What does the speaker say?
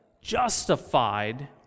justified